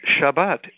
Shabbat